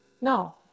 No